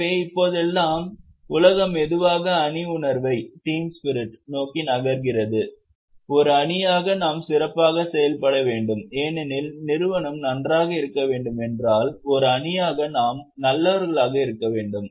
எனவே இப்போதெல்லாம் உலகம் மெதுவாக அணி உணர்வை நோக்கி நகர்கிறது ஒரு அணியாக நாம் சிறப்பாக செயல்பட வேண்டும் ஏனெனில் நிறுவனம் நன்றாக இருக்க வேண்டும் என்றால் ஒரு அணியாக நாம் நல்லவர்களாக இருக்க வேண்டும்